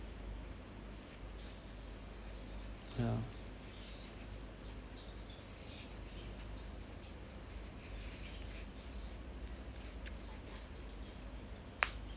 ya